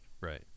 right